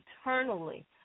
eternally